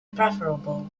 preferable